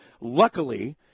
luckily